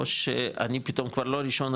או שאני פתאום כבר לא ראשון,